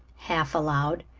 half aloud.